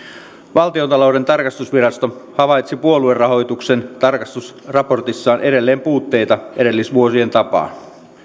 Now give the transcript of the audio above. valtiontalouden tarkastusvirasto havaitsi puoluerahoituksen tarkastusraportissaan edelleen puutteita edellisvuosien tapaan